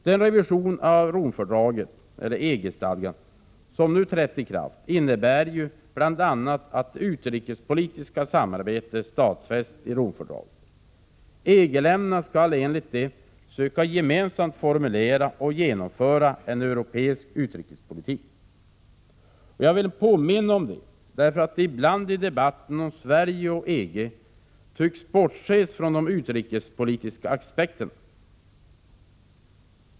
Den revision av Romfördraget som nu trätt i kraft innebär bl.a. att det utrikespolitiska samarbetet stadfästs i Romfördaget. EG länderna skall enligt detta gemensamt söka formulera och genomföra en europeisk utrikespolitik. Jag vill påminna om detta, därför att det ibland i debatten om Sverige och EG bortses från de utrikespolitiska aspekterna.